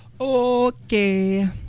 okay